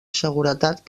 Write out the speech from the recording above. seguretat